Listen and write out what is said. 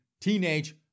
teenage